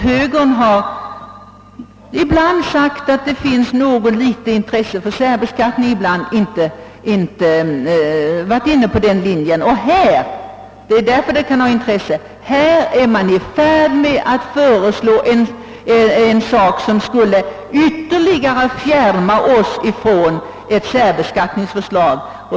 Högern har ibland sagt sig ha något litet intresse för särbeskattning men ibland inte varit inne på den linjen. Nu är man i färd med att föreslå en lösning som skulle fjärma oss ytterligare från ett särbeskattningsförslag.